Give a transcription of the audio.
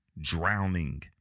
drowning